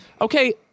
Okay